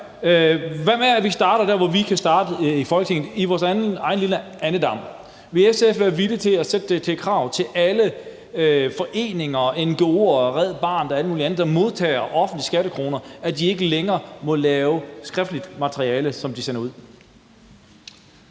Hvad med at vi starter dér, hvor vi kan starte i Folketinget, altså i vores egen lille andedam – vil SF være villig til at stille det som et krav til alle foreninger, ngo'er, Red Barnet og alle mulige andre, der modtager offentlige skattekroner, at de ikke længere må lave skriftligt materiale, som de sender ud?